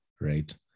right